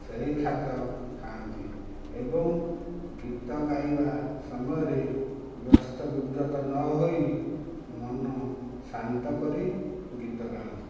ସେହି ଖାଦ୍ୟ ଖାଆନ୍ତି ଏବଂ ଗୀତ ଗାଇବା ସମୟରେ ବ୍ୟସ୍ତ ବିବ୍ରତ ନ ହୋଇ ମନ ଶାନ୍ତ କରି ଗୀତ ଗାଆନ୍ତୁ